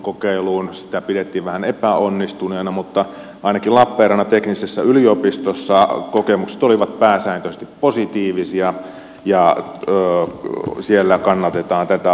sitä pidettiin vähän epäonnistuneena mutta ainakin lappeenrannan teknillisessä yliopistossa kokemukset olivat pääsääntöisesti positiivisia ja siellä kannatetaan tätä ajatusta